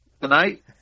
tonight